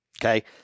Okay